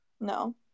No